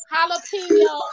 Jalapeno